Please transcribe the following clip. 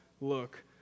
look